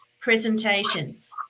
presentations